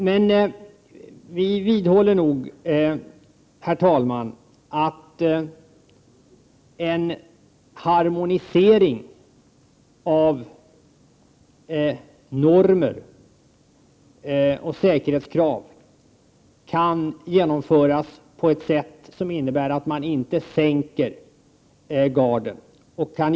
Men vi vidhåller nog att en harmonisering av normer och säkerhetskrav kan genomföras på ett sätt som innebär att man inte sänker garden.